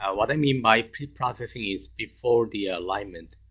ah what i mean by preprocessing is before the ah alignment,